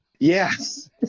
Yes